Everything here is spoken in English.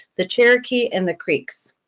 the cherokee and the creeks.